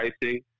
pricing